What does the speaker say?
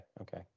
Okay